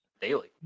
daily